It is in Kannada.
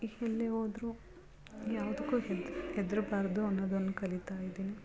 ಎಲ್ಲೇ ಹೋದ್ರು ಯಾವುದಕ್ಕೂ ಹೆದ್ರ್ಬಾರ್ದು ಅನ್ನೋದನ್ನು ಕಲೀತಾ ಇದೀನಿ